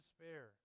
despair